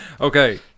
Okay